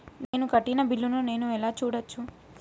నేను కట్టిన బిల్లు ను నేను ఎలా చూడచ్చు?